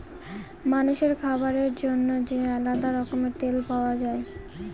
মানুষের খাবার জন্য যে আলাদা রকমের তেল পাওয়া যায়